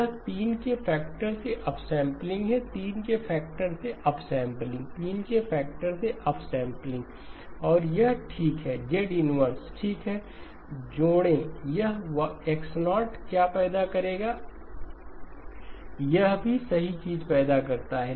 यह 3 के फैक्टर से अपसैंपलिंग है 3 के फैक्टर से अपसैंपलिंग 3 के फैक्टर से अपसैंपलिंग और यह ठीक है Z इनवर्स ठीक है जोड़ें यह X0 क्या पैदा करेगा यह भी सही चीज़ पैदा करता है